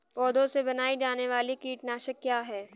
पौधों से बनाई जाने वाली कीटनाशक क्या है?